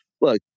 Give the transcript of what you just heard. Look